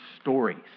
stories